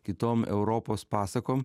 kitom europos pasakom